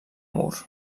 mur